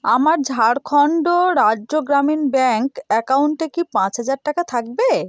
আমার ঝাড়খন্ড রাজ্য গ্রামীণ ব্যাঙ্ক অ্যাকাউন্টে কি পাঁচ হাজার টাকা থাকবে